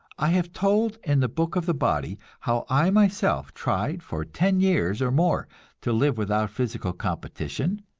i have told in the book of the body how i myself tried for ten years or more to live without physical competition,